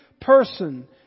person